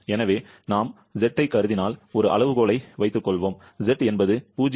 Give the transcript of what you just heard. எனவே நாம் கருதினால் z ஒரு அளவுகோலை வைக்கவும் z என்பது 0